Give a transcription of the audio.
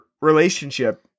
relationship